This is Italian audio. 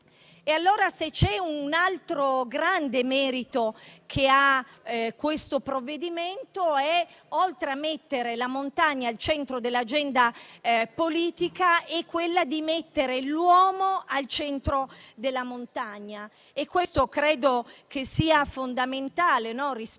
di appartenenza. Un altro grande merito di questo provvedimento, oltre a mettere la montagna al centro dell'agenda politica, è quello di mettere l'uomo al centro della montagna. Credo che questo sia fondamentale rispetto